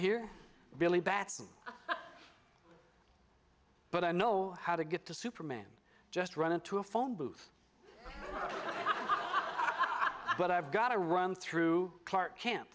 here billy batson but i know how to get to superman just run into a phone booth but i've got to run through clark ca